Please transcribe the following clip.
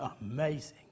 amazing